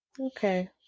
okay